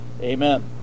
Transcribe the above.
Amen